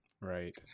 right